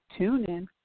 TuneIn